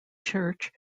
church